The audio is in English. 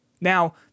Now